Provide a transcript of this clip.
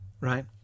right